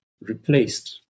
replaced